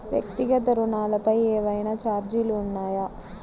వ్యక్తిగత ఋణాలపై ఏవైనా ఛార్జీలు ఉన్నాయా?